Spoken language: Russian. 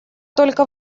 только